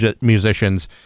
musicians